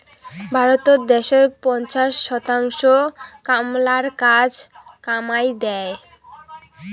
ভারতত দ্যাশের পঞ্চাশ শতাংশ কামলালার কাজ কামাই দ্যায়